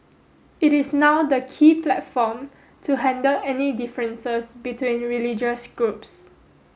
it is now the key platform to handle any differences between religious groups